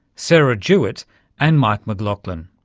sarah jewitt and mike mclaughlin.